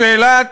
בשאלת